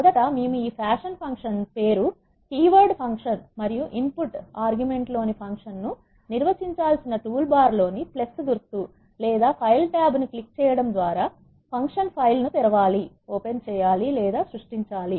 మొదట మేము ఈ ఫ్యాషన్ ఫంక్షన్ పేరు కీవర్డ్ ఫంక్షన్ మరియు ఇన్ పుట్ ఆర్గ్యుమెంట్ లోని ఫంక్షన్ ను నిర్వచించాల్సిన టూల్బార్లోని గుర్తు లేదా ఫైల్ టాబ్ను క్లిక్ చేయడం ద్వారా ఫంక్షన్ ఫైల్ను తెర వాలి లేదా సృష్టించాలి